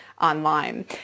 online